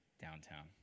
downtown